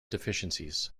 deficiencies